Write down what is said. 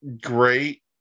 great